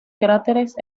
cráteres